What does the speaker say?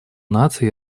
наций